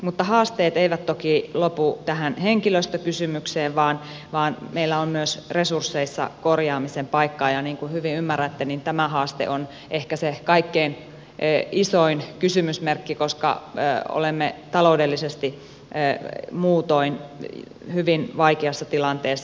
mutta haasteet eivät toki lopu tähän henkilöstökysymykseen vaan meillä on myös resursseissa korjaamisen paikka ja niin kuin hyvin ymmärrätte niin tämä haaste on ehkä se kaikkein isoin kysymysmerkki koska olemme taloudellisesti muutoin hyvin vaikeassa tilanteessa